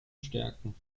stärken